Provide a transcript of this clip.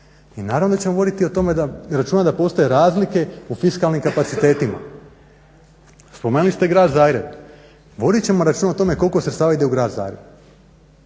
i naravno da ćemo voditi o tome računa da postoje razlike u fiskalnim kapacitetima. Spomenuli ste Grad Zagreb. Vodit ćemo računa o tome koliko sredstava ide u Grad Zagreb.